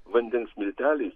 vandens milteliais